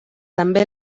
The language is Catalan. també